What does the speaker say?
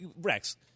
Rex